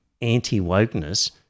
anti-wokeness